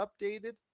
updated